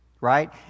right